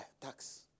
tax